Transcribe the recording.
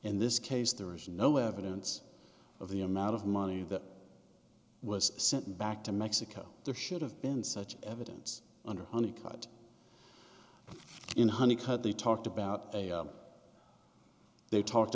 in this case there is no evidence of the amount of money that was sent back to mexico there should have been such evidence under honeycutt in honey cut they talked about a they talked